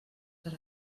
per